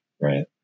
right